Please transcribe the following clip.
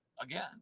again